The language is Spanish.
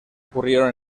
ocurrieron